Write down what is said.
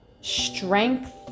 strength